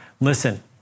listen